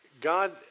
God